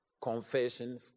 Confession